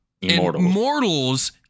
immortals